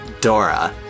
Dora